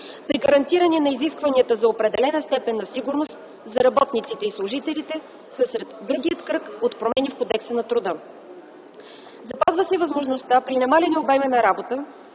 при гарантиране на изискванията за определена степен на сигурност за работниците и служителите са сред другия кръг от промени в Кодекса на труда. Запазва се възможността при намаляване обема на работата,